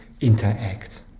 interact